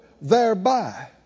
thereby